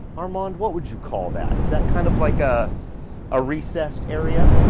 armand, what would you call that? is that kind of like a ah recessed area?